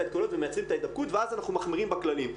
ואז אנחנו מחמירים בכללים.